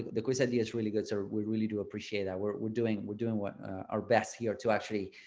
the quality is really good. so we really do appreciate that we're we're doing we're doing what our best here to actually,